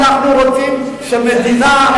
אנחנו רוצים מדינה,